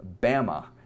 Bama